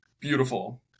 beautiful